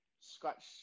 Scratch